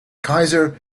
kaiser